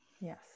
Yes